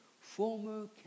former